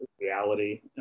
reality